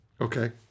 Okay